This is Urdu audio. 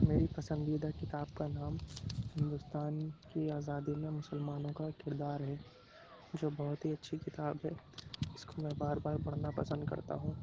میری پسندیدہ کتاب کا نام ہندوستان کی آزادی میں مسلمانوں کا کردار ہے جو بہت ہی اچھی کتاب ہے اس کو میں بار بار پڑھنا پسند کرتا ہوں